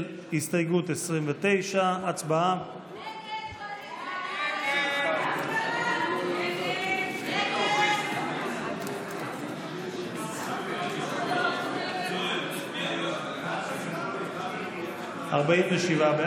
של הסתייגות 29. הצבעה.